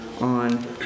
on